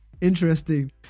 interesting